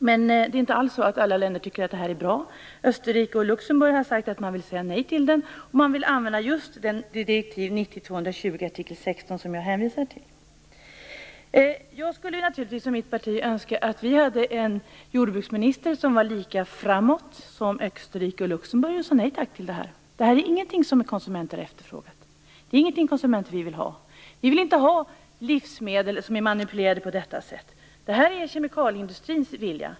Men det är inte alls alla länder som tycker att detta är bra. Österrike och Luxemburg vill säga nej till den, och använda just artikel 16 i direktiv 90/220, som jag hänvisade till. Jag och mitt parti önskar naturligtvis att Sverige hade en jordbruksminister som var lika framåt som Österrikes och Luxemburgs, och sade nej tack till detta. Det här är ingenting som vi konsumenter har efterfrågat eller vill ha. Vi vill inte ha livsmedel som är manipulerade på detta sätt. Detta är kemikalieindustrins vilja.